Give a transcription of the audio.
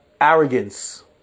Arrogance